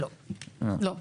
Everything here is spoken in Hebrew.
לא, לא.